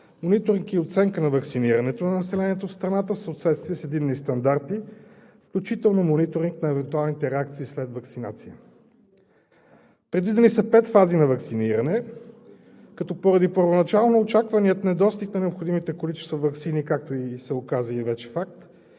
мониторинг и оценка на ваксинирането на населението в страната в съответствие с единни стандарти, включително мониторинг на евентуалните реакции след ваксиниране. Предвидени са пет фази на ваксиниране, като поради първоначално очаквания недостиг на необходимите количества ваксини, както и се оказа, и вече е факт,